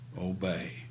obey